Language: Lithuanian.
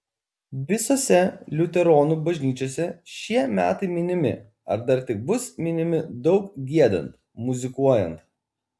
visose liuteronų bažnyčiose šie metai minimi ar dar tik bus minimi daug giedant muzikuojant